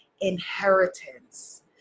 inheritance